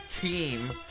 team